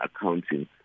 accounting